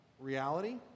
reality